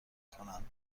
کنند